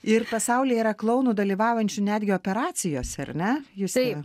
ir pasaulyje yra klounų dalyvaujančių netgi operacijose ar ne juste